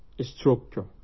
structure